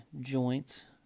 joints